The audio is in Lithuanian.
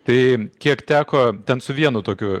tai kiek teko ten su vienu tokiu